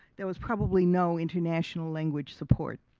there was probably no international language support.